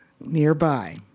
nearby